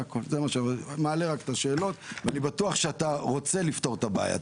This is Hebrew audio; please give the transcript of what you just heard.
אני מעלה רק את השאלות ואני בטוח שאתה רוצה לפתור את הבעיה.